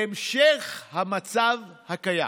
בהמשך המצב הקיים,